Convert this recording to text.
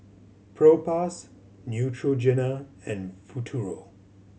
Propass Neutrogena and Futuro